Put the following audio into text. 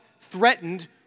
threatened